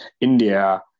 India